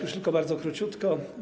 Już tylko bardzo króciutko.